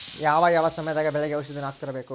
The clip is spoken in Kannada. ಯಾವ ಯಾವ ಸಮಯದಾಗ ಬೆಳೆಗೆ ಔಷಧಿಯನ್ನು ಹಾಕ್ತಿರಬೇಕು?